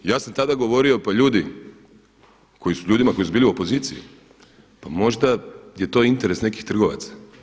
Ja sam tada govorio pa ljudi, ljudima koji su bili u opoziciji pa možda je to interes nekih trgovaca.